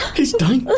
he's dying!